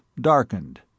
darkened